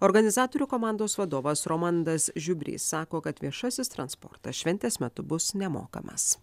organizatorių komandos vadovas romandas žiubrys sako kad viešasis transportas šventės metu bus nemokamas